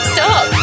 Stop